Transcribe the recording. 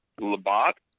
Labat